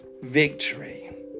victory